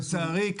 לצערי,